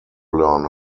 learn